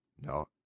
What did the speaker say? No